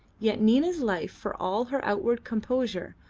yet nina's life for all her outward composure,